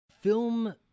Film